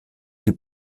die